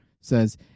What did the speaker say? says